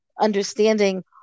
understanding